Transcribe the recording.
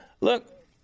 look